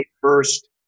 first